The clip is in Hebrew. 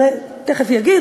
תכף יגיד,